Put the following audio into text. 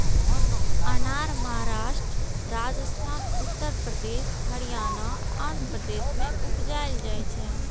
अनार महाराष्ट्र, राजस्थान, उत्तर प्रदेश, हरियाणा, आंध्र प्रदेश मे उपजाएल जाइ छै